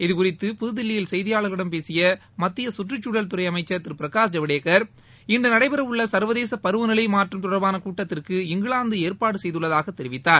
இதுகுறித்து புதுதில்லியில் செய்தியாளர்களிடம் பேசிய மத்திய கற்றுச்சூழல் துறை அமைச்சர் திரு பிரகாஷ் ஜவ்டேக்கர் இன்று நடைபெறவுள்ள சர்வதேச பருவநிலை மாற்றம் தொடர்பான கூட்டத்திற்கு இங்கிலாந்து ஏற்பாடு செய்துள்ளதாக தெரிவித்தார்